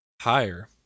Higher